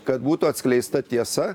kad būtų atskleista tiesa